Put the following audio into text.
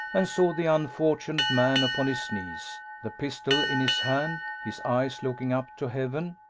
and saw the unfortunate man upon his knees, the pistol in his hand, his eyes looking up to heaven.